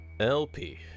LP